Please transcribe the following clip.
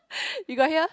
you got hear